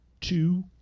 two